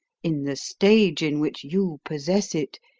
in the stage in which you possess it,